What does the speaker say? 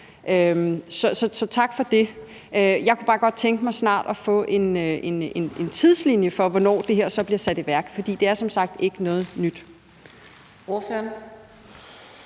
Så tak for det. Jeg kunne bare godt tænke mig snart at få en tidslinje for, hvornår det her så bliver sat i værk, for det er som sagt ikke noget nyt.